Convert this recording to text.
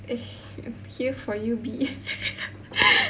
I'm here for you B